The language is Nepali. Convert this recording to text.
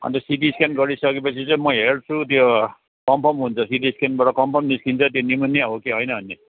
अनि त सिटी स्क्यान गरी सकेपछि चाहिँ म हेर्छु त्यो कन्फर्म हुन्छ सिटी स्क्यानबाट कन्फर्म निस्किन्छ त्यो निमोनिया हो कि होइन भन्ने